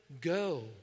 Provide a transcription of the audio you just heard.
go